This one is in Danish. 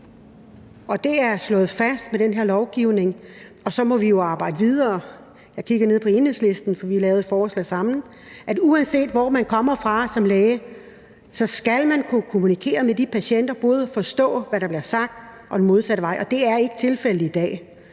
Det er slået fast med det her lovforslag, og så må vi jo arbejde videre. Jeg kigger ned på Enhedslisten, for vi lavede et forslag sammen om, at uanset hvor man kommer fra som læge, så skal man kunne kommunikere med patienterne, både forstå, hvad der bliver sagt, og den modsatte vej, og det er ikke tilfældet i dag.